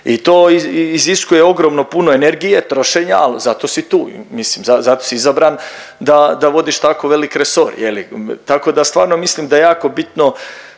i to iziskuje ogromno puno energije trošenja ali zato si tu. Mislim zato si izabran da vodiš tako velik resor je li, tako da stvarno mislim da je jako bitno